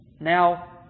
now